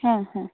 ಹಾಂ ಹಾಂ